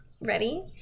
ready